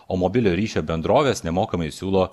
o mobiliojo ryšio bendrovės nemokamai siūlo